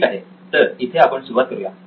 ठीक आहे तर इथे आपण सुरुवात करू या